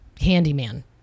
handyman